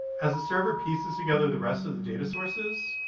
as the server pieces together the rest of the data sources,